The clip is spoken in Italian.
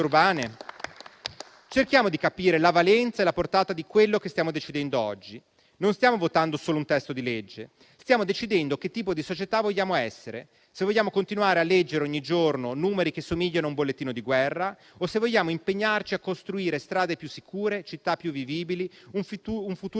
Cerchiamo di capire la valenza e la portata di quello che stiamo decidendo oggi; non stiamo votando solo un testo di legge, stiamo decidendo che tipo di società vogliamo essere, se vogliamo continuare a leggere ogni giorno numeri che somigliano a un bollettino di guerra o se vogliamo impegnarci a costruire strade più sicure, città più vivibili, un futuro